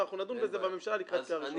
ואנחנו נדון בזה בממשלה לקראת קריאה ראשונה.